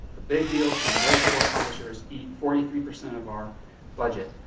big deals from those four publishers eat forty three percent of our budget.